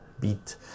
beat